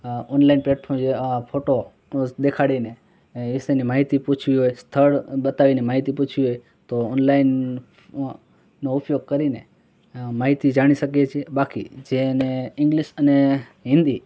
અં online platform જે photo દેખાડીને એ વિશેની માહિતી પૂછવી હોય સ્થળ બતાવીને માહિતી પૂછવી હોય તો ઑનલાઇનનો ઉપયોગ કરીને અં માહિતી જાણી શકીએ છીએ બાકી જેને ઇંગ્લિશ અને હિંદી